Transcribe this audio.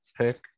pick